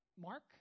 Mark